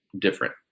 different